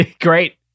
great